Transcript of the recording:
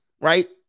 right